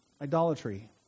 idolatry